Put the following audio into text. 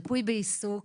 ריפוי בעיסוק